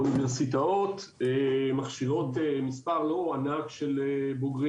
האוניברסיטאות מכשירות מספר לא ענק של בוגרים